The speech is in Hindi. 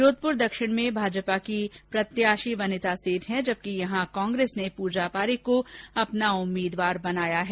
जोधपुर दक्षिण में भाजपा की प्रत्याशी वनिता सेठ है जबकि यहां कांग्रेस ने पूजा पारीक को अपना उम्मीदवार बनाया है